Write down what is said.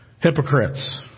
hypocrites